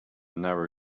narrow